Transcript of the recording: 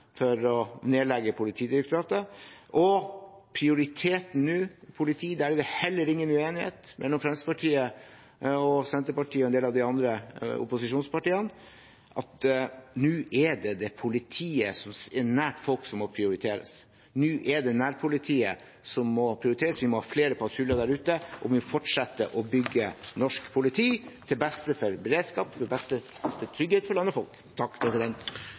for å nedlegge Politidirektoratet. Når det gjelder prioriteten i politiet nå, er det heller ingen uenighet mellom Fremskrittspartiet, Senterpartiet og en del av de andre opposisjonspartiene om at nå er det politiet som er nær folk, som må prioriteres. Nå er det nærpolitiet som må prioriteres. Vi må ha flere patruljer der ute, og vi må fortsette å bygge norsk politi, til beste for beredskap og til beste for trygghet for land og folk.